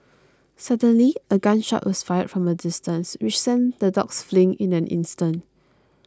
suddenly a gun shot was fired from a distance which sent the dogs fleeing in an instant